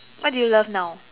what do you love now